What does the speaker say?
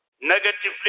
negatively